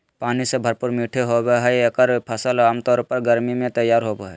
पानी से भरपूर मीठे होबो हइ एगोर फ़सल आमतौर पर गर्मी में तैयार होबो हइ